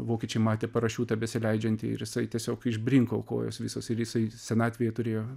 vokiečiai matė parašiutą besileidžiantį ir jisai tiesiog išbrinko kojos visos ir jisai senatvėje turėjo